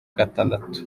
gatandatu